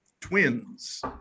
twins